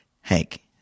Hank